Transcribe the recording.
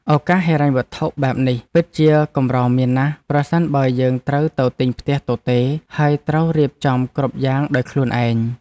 ឱកាសហិរញ្ញវត្ថុបែបនេះពិតជាកម្រមានណាស់ប្រសិនបើយើងត្រូវទៅទិញផ្ទះទទេរហើយត្រូវរៀបចំគ្រប់យ៉ាងដោយខ្លួនឯង។